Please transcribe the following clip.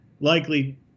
likely